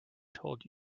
told